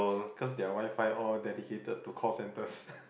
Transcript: cause their WiFi all dedicated to call centres